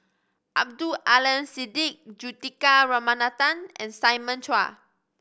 Abdul Aleem Siddique Juthika Ramanathan and Simon Chua